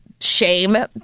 shame